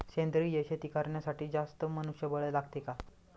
सेंद्रिय शेती करण्यासाठी जास्त मनुष्यबळ लागते का?